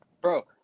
Bro